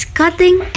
cutting